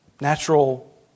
natural